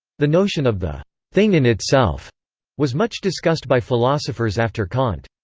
the notion of the thing in itself was much discussed by philosophers after kant.